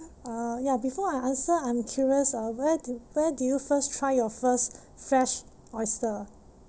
uh yeah before I answer I'm curious uh where did where did you first try your first fresh oyster